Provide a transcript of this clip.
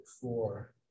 four